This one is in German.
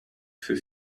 für